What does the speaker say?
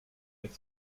like